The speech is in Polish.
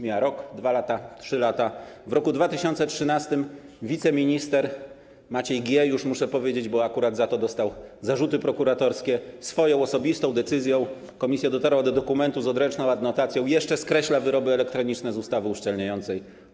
Mija rok, mijają 2 lata, 3 lata, w roku 2013 wiceminister Maciej G. - już tak muszę powiedzieć, bo akurat za to dostał zarzuty prokuratorskie - swoją osobistą decyzją - komisja dotarła do dokumentu z odręczną adnotacją - jeszcze skreśla wyroby elektroniczne z ustawy uszczelniającej.